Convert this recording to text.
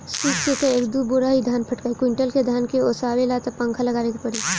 सूप से त एक दू बोरा ही धान फटकाइ कुंयुटल के धान के ओसावे ला त पंखा लगावे के पड़ी